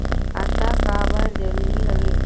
खाता का बर जरूरी हवे?